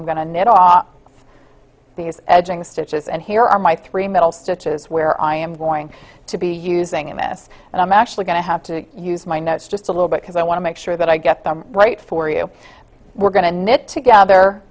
i'm going to knit off the edge of the stitches and here are my three middle stitches where i am going to be using in this and i'm actually going to have to use my notes just a little bit because i want to make sure that i get the right for you we're going to knit together